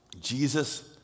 Jesus